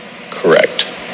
correct